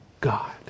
God